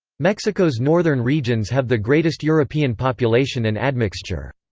mexico's northern regions have the greatest european population and admixture.